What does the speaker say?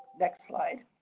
next slide.